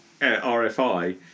RFI